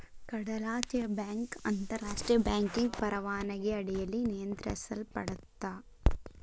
ಕಡಲಾಚೆಯ ಬ್ಯಾಂಕ್ ಅಂತಾರಾಷ್ಟ್ರಿಯ ಬ್ಯಾಂಕಿಂಗ್ ಪರವಾನಗಿ ಅಡಿಯಲ್ಲಿ ನಿಯಂತ್ರಿಸಲ್ಪಡತ್ತಾ